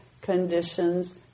conditions